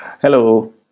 Hello